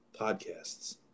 podcasts